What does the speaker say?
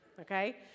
Okay